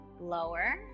lower